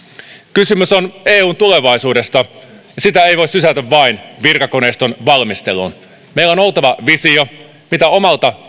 kysymys on eun tulevaisuudesta ja sitä ei voi sysätä vain virkakoneiston valmisteluun meillä on oltava visio mitä omalta